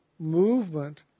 Movement